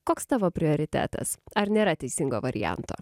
koks tavo prioritetas ar nėra teisingo varianto